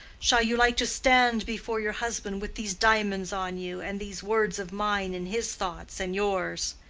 shall you like to stand before your husband with these diamonds on you, and these words of mine in his thoughts and yours?